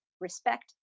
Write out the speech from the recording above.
respect